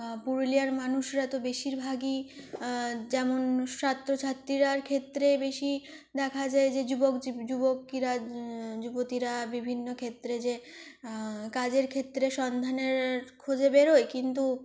পুরুলিয়ার মানুষরা তো বেশিরভাগই যেমন ছাত্রছাত্রীরার ক্ষেত্রে বেশি দেখা যায় যে যুবক যুবকিরা যুবতিরা বিভিন্ন ক্ষেত্রে যে কাজের ক্ষেত্রে সন্ধানের খোঁজে বেরোয় কিন্তু